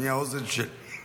אני, האוזן שלי,